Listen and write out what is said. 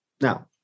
Now